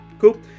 cool